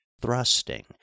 thrusting